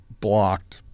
blocked